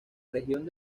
región